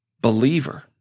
believer